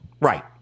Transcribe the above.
Right